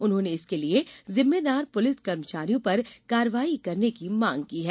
उन्होंने इसके लिए जिम्मेदार पुलिस कर्मचारियों पर कार्रवाई की मांग की है